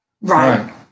right